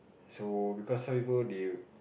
so because some people they